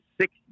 six